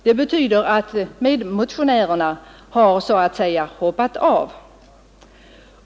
Det betyder alltså att medmotionärerna så att säga har hoppat av.